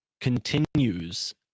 continues